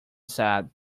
said